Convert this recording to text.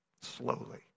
slowly